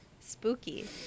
Spooky